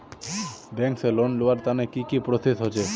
Bank से loan लुबार तने की की प्रोसेस होचे?